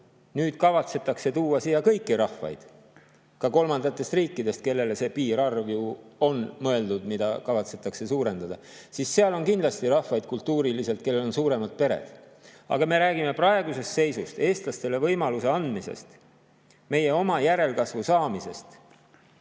nüüd kavatsetakse tuua siia kõiki rahvaid, ka kolmandatest riikidest, kelle jaoks ju on mõeldud see piirarv, mida kavatsetakse suurendada, siis seal on kindlasti rahvaid, kellel on suuremad pered. Aga me räägime praegusest seisust, eestlastele võimaluse andmisest ja meie oma järelkasvu saamisest.